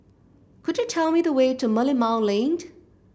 could you tell me the way to Merlimau Lane